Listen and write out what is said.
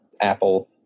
Apple